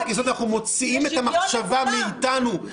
בחוק יסוד אנחנו מוציאים את המחשבה מאתנו -- בשביל שוויון לכולם.